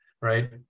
right